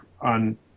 on